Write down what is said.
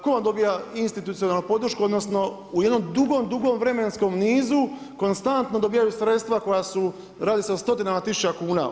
Tko vam dobija institucionalnu podršku, odnosno u jednom dugom, dugom vremenskom nizu konstantno dobijaju sredstva koja su, radi se o stotinama tisuća kuna.